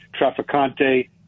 Traficante